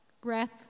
breath